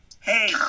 Hey